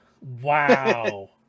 Wow